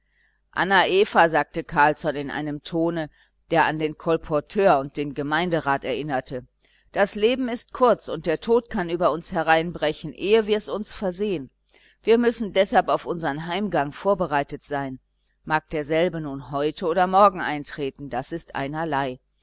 anna eva sagte carlsson in einem tone der an den kolporteur und den gemeinderat erinnerte das leben ist kurz und der tod kann über uns hereinbrechen ehe wirs uns versehen wir müssen deshalb auf unsern heimgang vorbereitet sein mag derselbe nun heute oder morgen eintreten das ist einerlei